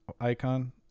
Icon